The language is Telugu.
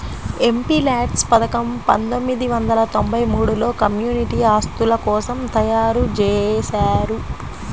ఎంపీల్యాడ్స్ పథకం పందొమ్మిది వందల తొంబై మూడులో కమ్యూనిటీ ఆస్తుల కోసం తయ్యారుజేశారు